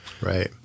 right